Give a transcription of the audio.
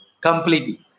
completely